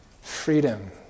freedom